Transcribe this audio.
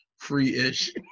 Free-ish